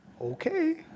Okay